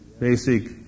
basic